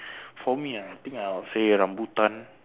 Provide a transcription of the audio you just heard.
for me ah I think I will say rambutan